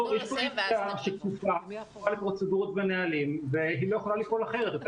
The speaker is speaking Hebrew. פה עסקה שכפופה לפרוצדורות ונהלים והיא לא יכולה לפעול אחרת.